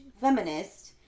feminist